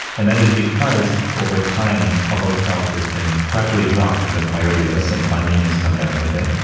and that is because over time, public health has been gradually dropped in the priority list and funding has come down with it.